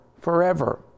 forever